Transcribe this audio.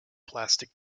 plastic